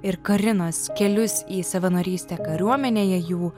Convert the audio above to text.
ir karinos kelius į savanorystę kariuomenėje jų